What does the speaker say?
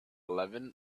eleven